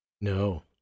No